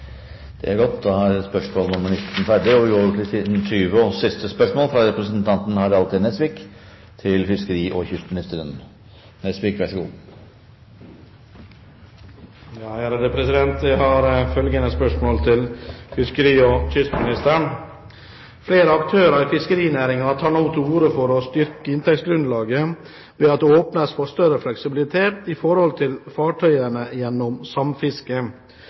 Det er godt! Jeg har følgende spørsmål til fiskeri- og kystministeren: «Flere aktører i fiskerinæringen tar nå til orde for å styrke inntektsgrunnlaget ved at det åpnes for større fleksibilitet i forhold til fartøyene gjennom samfiske.